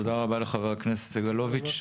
תודה רבה לחבר הכנסת סגלוביץ׳.